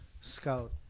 Scout